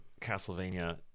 Castlevania